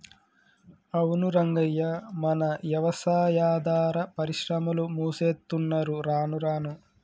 అవును రంగయ్య మన యవసాయాదార పరిశ్రమలు మూసేత్తున్నరు రానురాను